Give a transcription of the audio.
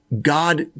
God